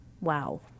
Wow